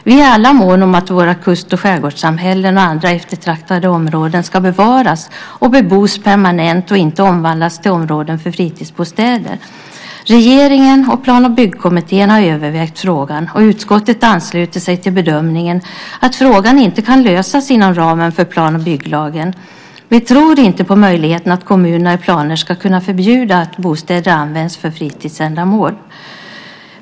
Vi är alla måna om att våra kust och skärgårdssamhällen och andra eftertraktade områden ska bevaras och bebos permanent och inte omvandlas till områden för fritidsbostäder. Regeringen och Plan och byggkommittén har övervägt frågan, och utskottet ansluter sig till bedömningen att frågan inte kan lösas inom ramen för plan och bygglagen. Vi tror inte på möjligheten att kommunerna i planer ska kunna förbjuda att bostäder används för fritidsändamål.